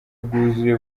bwuzuye